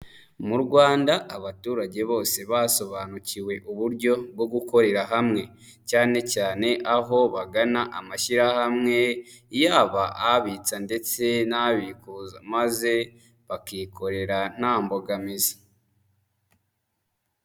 Mu rwanda abaturage bose basobanukiwe uburyo bwo gukorera hamwe, cyane cyane aho bagana amashyirahamwe, yaba abitsa ndetse n'abikuza maze bakikorera nta mbogamizi.